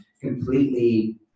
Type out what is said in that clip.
completely